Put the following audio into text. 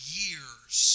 years